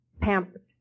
pampered